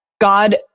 God